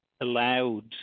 allowed